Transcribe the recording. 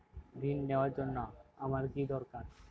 ঋণ নেওয়ার জন্য আমার কী দরকার?